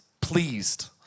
pleased